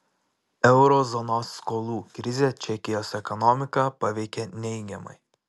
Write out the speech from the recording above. euro zonos skolų krizė čekijos ekonomiką paveikė neigiamai